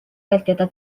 vältida